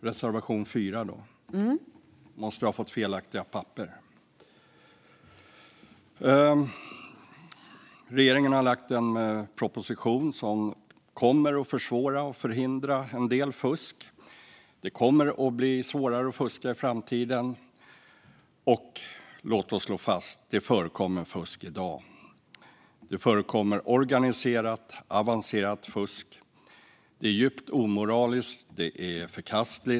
Fru talman! Jag börjar med att yrka bifall till vår reservation nummer 4. Regeringen har lagt fram en proposition som kommer att göra att en del fusk försvåras och förhindras. Det kommer att bli svårare att fuska i framtiden. Låt oss slå fast att det i dag förekommer fusk. Det förekommer organiserat och avancerat fusk. Det är djupt omoraliskt. Det är förkastligt.